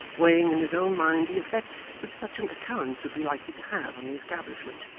weighing in his own mind the effect which such an occurrence would be likely to have on the establishment.